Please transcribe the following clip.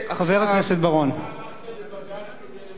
אתה הלכת לבג"ץ כדי למנות איש פוליטי לראש רשות המסים,